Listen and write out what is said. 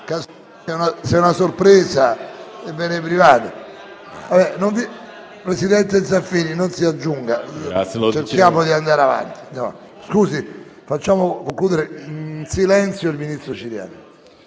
È una sorpresa e ve ne private. Presidente Zaffini, non si aggiunga. Cerchiamo di andare avanti e facciamo concludere in silenzio il ministro Ciriani.